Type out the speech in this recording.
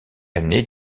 année